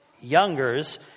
Youngers